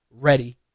ready